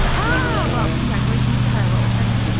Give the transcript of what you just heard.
oh, congratulations to her! what was her name?